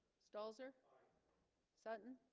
stalls er sutton